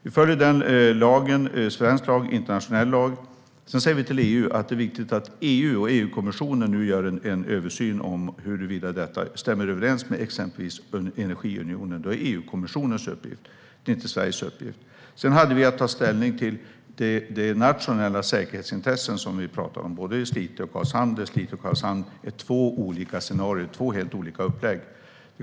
Vi följer svensk och internationell lag, och vi säger till EU att det är viktigt att EU och EU-kommissionen nu gör en översyn av huruvida detta stämmer överens med exempelvis energiunionen. Det är EU-kommissionens uppgift, inte Sveriges. Sedan hade vi att ta ställning till de nationella säkerhetsintressen som vi talade om, både i Slite och i Karlshamn, där scenarierna och uppläggen ser helt olika ut.